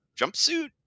jumpsuit